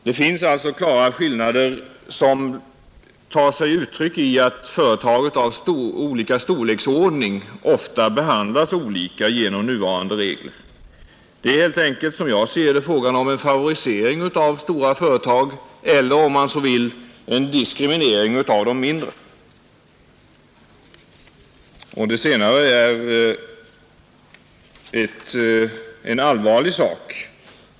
Det finns alltså klara skillnader, vilka tar sig uttryck i att företag av olika storleksordning ofta behandlas olika vid tillämpning av nuvarande regler. Som jag ser saken är det helt enkelt fråga om en favorisering av stora företag eller om man så vill en diskriminering av de mindre. Det senare är en allvarlig sak.